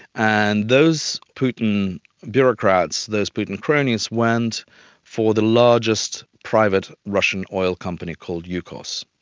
and those putin bureaucrats, those putin cronies went for the largest private russian oil company called yukos,